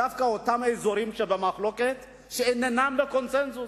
דווקא אותם אזורים שבמחלוקת, שאינם בקונסנזוס,